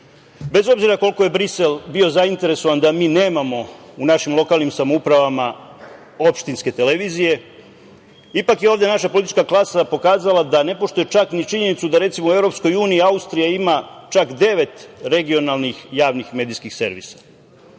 Bez obzira koliko je Brisel bio zainteresovan da mi nemamo u našim lokalnim samoupravama opštine televizije ipak je ovde naša politička klasa pokazala da ne poštuje čak ni činjenicu da recimo u EU Austrija ima čak devet regionalnih javnih medijskih servisa.